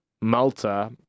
Malta